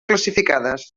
classificades